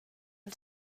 del